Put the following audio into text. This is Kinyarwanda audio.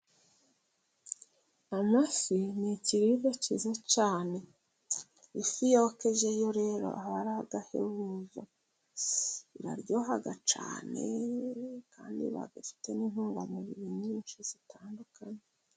Amafi ni ikiribwa cyiza cyane, ifi yokeje yo rero iba ari agahebuzo, iraryoha cyane kandi iba ifite n'intungamubiri nyinshi zitandukanye.